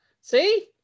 See